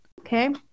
Okay